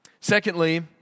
Secondly